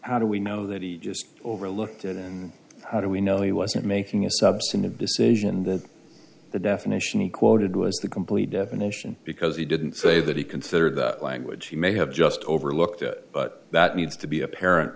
how do we know that he just overlooked it and how do we know he wasn't making a substantive decision that the definition he quoted was the complete definition because he didn't say that he considered that language he may have just overlooked it but that needs to be apparent